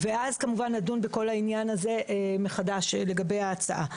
-- ואז כמובן נדון בכל העניין הזה מחדש לגבי ההצעה.